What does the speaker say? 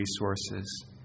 resources